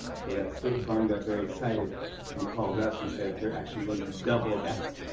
so that state farm got very excited and called us and said they're actually going to double that.